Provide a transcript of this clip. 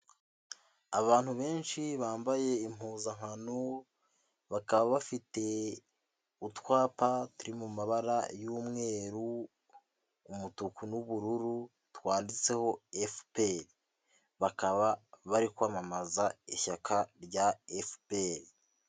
Abantu benshi bambaye impuzankano, bakaba bafite utwapa turi mu mabara y'umweru, umutuku, n'ubururu, twanditseho FPR, bakaba bari kwamamaza ishyaka rya FPR.